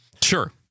sure